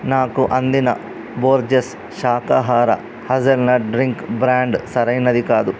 నాకు అందిన బోర్జెస్ శాకాహార హజల్నట్ డ్రింక్ బ్రాండ్ సరైనది కాదు